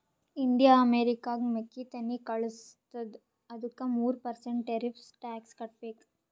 India ಅಮೆರಿಕಾಗ್ ಮೆಕ್ಕಿತೆನ್ನಿ ಕಳುಸತ್ತುದ ಅದ್ದುಕ ಮೂರ ಪರ್ಸೆಂಟ್ ಟೆರಿಫ್ಸ್ ಟ್ಯಾಕ್ಸ್ ಕಟ್ಟಬೇಕ್